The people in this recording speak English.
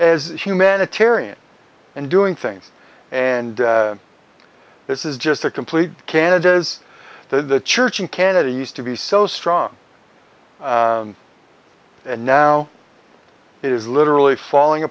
as humanitarian and doing things and this is just a complete canada is the church in canada used to be so strong and now it is literally falling